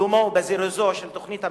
בקידומו ובזירוזו את תוכנית המיתאר,